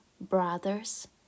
brothers